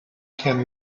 can